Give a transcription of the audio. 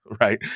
right